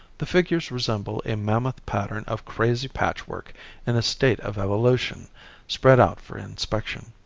the figures resemble a mammoth pattern of crazy patchwork in a state of evolution spread out for inspection.